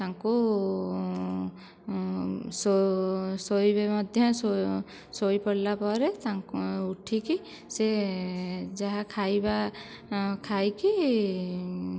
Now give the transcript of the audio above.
ତାଙ୍କୁ ଶୋଇବେ ମଧ୍ୟ ଶୋଇ ପଡ଼ିଲା ପରେ ତାଙ୍କୁ ଉଠିକି ସେ ଯାହା ଖାଇବା ଖାଇକି